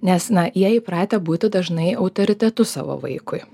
nes na jie įpratę būti dažnai autoritetu savo vaikui